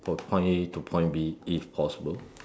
from point A to point B if possible